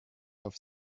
auf